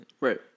Right